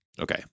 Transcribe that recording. okay